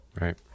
right